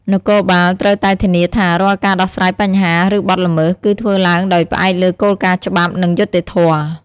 នគរបាលត្រូវតែធានាថា រាល់ការដោះស្រាយបញ្ហា ឬបទល្មើស គឺធ្វើឡើងដោយផ្អែកលើគោលការណ៍ច្បាប់ និងយុត្តិធម៌។